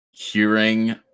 Hearing